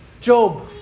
Job